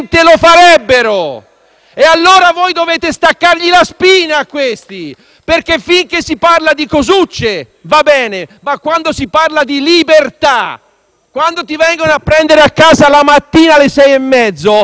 allora staccargli la spina a questi perché, finché si parla di cosucce, va bene; quando però si parla di libertà, quando ti vengono a prendere a casa la mattina alle 6,30, poi glielo spieghi tu